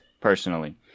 personally